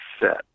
set